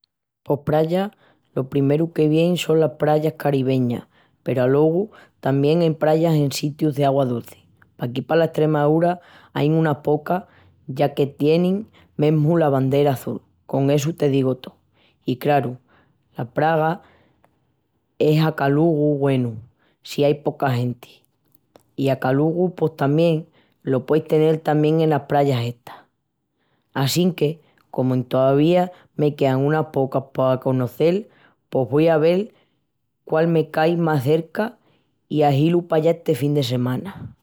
Pos praya lo primeru que vien son las prayas caribeñas peru alogu tamién ain prayas en sitius d'augua duci. Paquí pala Estremaúra ain unas pocas ya que tienin mesmu bandera azul, con essu te digu tó. I craru, la praya es acalugu, güenu, si ai poca genti. I l'acalugu pos tamién lo pueis tenel tamién enas prayas estas. Assinque comu entovía me quean unas pocas pa conocel pos vo a vel quál me cai más cerca i ahilu pallá esta fin de semana.